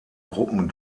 gruppen